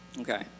Okay